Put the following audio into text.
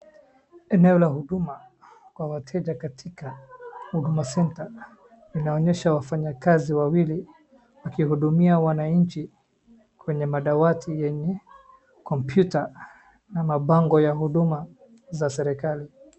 Eneo la huduma kwa wateja katika Huduma centre inaonyesha wafanyakazi waili wakihudumia wananchi kwenye madawati yenye computer na mabango ya huduma za serikali.